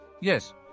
Yes